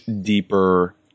deeper